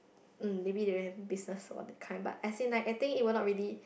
mm maybe they will have business for the kind but as in like I think it will not really